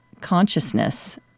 consciousness